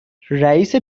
رییس